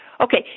Okay